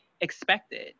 expected